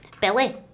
Billy